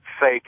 fake